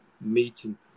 meeting